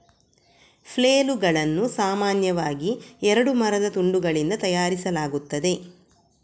ಫ್ಲೇಲುಗಳನ್ನು ಸಾಮಾನ್ಯವಾಗಿ ಎರಡು ಮರದ ತುಂಡುಗಳಿಂದ ತಯಾರಿಸಲಾಗುತ್ತದೆ